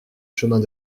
chemins